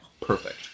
Perfect